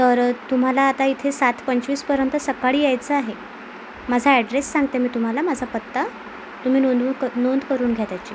तर तुम्हाला आता इथे सात पंचवीसपर्यंत सक्काळी यायचं आहे माझा अॅड्रेस सांगते मी तुम्हाला माझा पत्ता तुम्ही नोंदवून नोंद करून घ्या त्याची